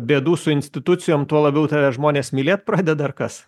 bėdų su institucijom tuo labiau tave žmonės mylėt pradeda ar kas